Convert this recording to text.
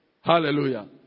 Hallelujah